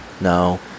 No